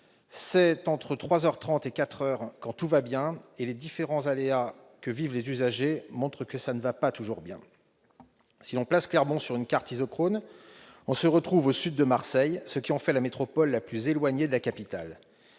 30 et 4 heures quand tout va bien. Mais les différents aléas que vivent les usagers montrent que ça ne va pas toujours bien ... Sur une carte isochrone, Clermont se retrouve au sud de Marseille, ce qui en fait la métropole la plus éloignée de la capitale